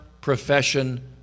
profession